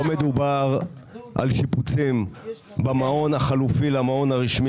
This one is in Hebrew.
לא מדובר על שיפוצים במעון החלופי למעון הרשמי